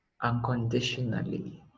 unconditionally